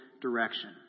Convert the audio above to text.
direction